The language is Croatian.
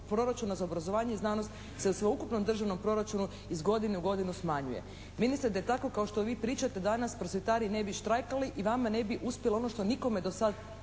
proračuna za obrazovanje i znanost se u sveukupnom državnom proračunu iz godine u godinu smanjuje. Ministre, da je tako kao što vi pričate danas prosvjetari ne bi štrajkali i vama ne bi uspjelo ono što nikome do sad